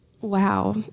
wow